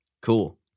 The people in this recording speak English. Cool